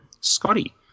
Scotty